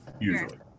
Usually